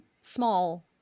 small